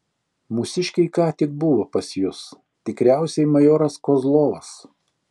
mūsiškiai ką tik buvo pas jus tikriausiai majoras kozlovas